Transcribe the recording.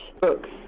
books